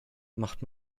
macht